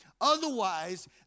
Otherwise